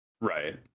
Right